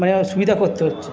মানে অসুবিধা করতে হচ্ছে